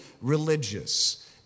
religious